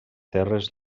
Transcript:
terres